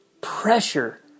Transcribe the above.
pressure